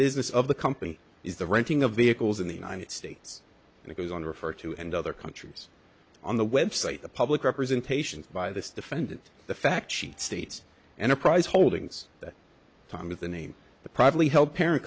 business of the company is the renting of vehicles in the united states and it goes on to refer to and other countries on the website the public representations by this defendant the fact sheet states and apprise holdings that tongue with the name probably help parent